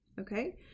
okay